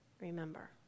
remember